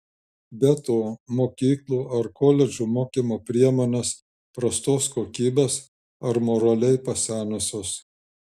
be to mokyklų ar koledžų mokymo priemonės prastos kokybės ar moraliai pasenusios